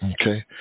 Okay